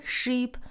sheep